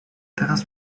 teraz